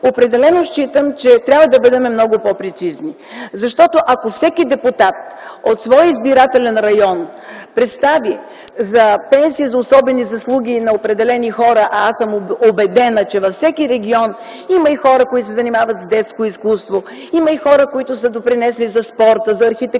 определено считам, че трябва да бъдем много по-прецизни. Защото ако всеки депутат от своя избирателен район представи за пенсия за особени заслуги определени хора, а аз съм убедена, че във всеки регион има и хора, които се занимават с детско изкуство, има и хора, които са допринесли за спорта, за архитектурата,